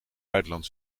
buitenland